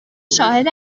شاهد